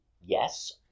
yes